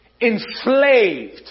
enslaved